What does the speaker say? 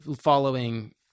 following